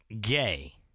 gay